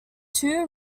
two